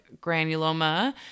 granuloma